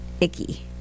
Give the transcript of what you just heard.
icky